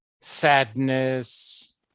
sadness